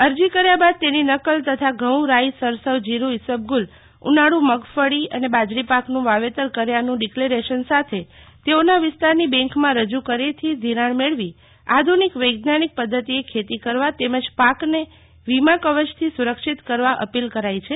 અરજી કર્યા બાદ તેનો નકલ તથા ઘઉં રાઈ સરસવ જીર ઈસબગુલ ઉનાળુ મગફળી ઉનાળ બાજરી પાકનું વાવેતર કર્યાનું ડીકલેરેશન સાથે તેઓની વિસ્તારની બેકમાં રજુ કર્યેથી ધિરાણ મેળવી આધુનિક વજ્ઞાનિક પધ્ધતિએ ખેતી કરવા તેમજ પાકને વીમા કવચથી સુરક્ષિત કરવા અપીલ કરાઈ છ